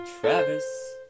Travis